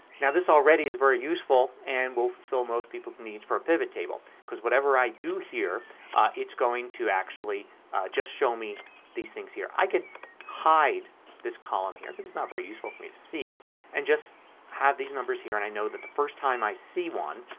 yeah this already is very useful and will fulfill most peoples' needs for a pivot table. because whatever i do here it is going to actually just show me these things here. i can hide this column here because it's not very useful for me to see and just have these numbers here. and i know that the first time i see one,